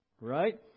right